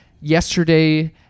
yesterday